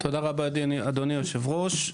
תודה רבה, אדוני היושב-ראש.